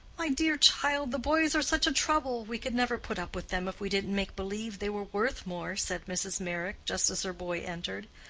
my dear child, the boys are such a trouble we could never put up with them, if we didn't make believe they were worth more, said mrs. meyrick, just as her boy entered.